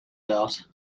doubt